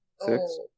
Six